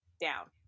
down